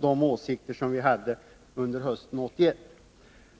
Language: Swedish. de åsikter vi hade hösten 1981.